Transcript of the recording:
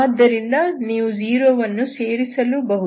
ಆದ್ದರಿಂದ ನೀವು 0 ವನ್ನು ಸೇರಿಸಲೂ ಬಹುದು